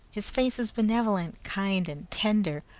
his face is benevolent, kind, and tender.